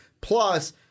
Plus